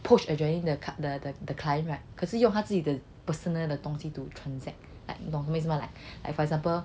poached adreline 的的 client right 可是用他自己的 personal 的东西 to transact like 你懂我意思吗 like for example